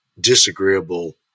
disagreeable